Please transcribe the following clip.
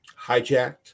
hijacked